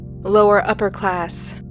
lower-upper-class